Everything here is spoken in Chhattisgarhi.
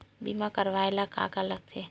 बीमा करवाय ला का का लगथे?